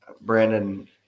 Brandon